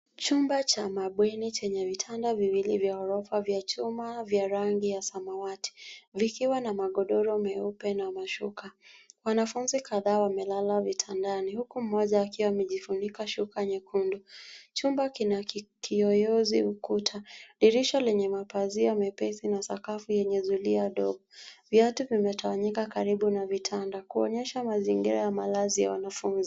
Chumba cha mabweni chenye vitanda viwili vya ghorofa vya chuma vya rangi ya samawati, vikiwa na magodoro meupe na mashuka. Wanafunzi kadhaa wamelala vitandani huku mmoja akiwa amejifunika shuka nyekundu. Chumba kina kiyoyozi ukuta. Dirisha lenye mapazia mepesi na sakafu yenye zulia dogo. Viatu vimetawanyika karibu na vitanda kuonyesha mazingira ya malazi ya wanafunzi.